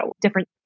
different